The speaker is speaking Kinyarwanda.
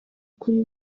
kuri